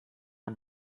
are